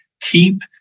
keep